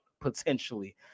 potentially